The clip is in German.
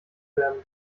werden